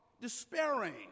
despairing